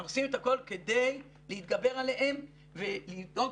אנחנו עושים את הכול כדי להתגבר עליהם ולדאוג